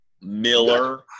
Miller